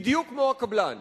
בדיוק כמו הקבלן.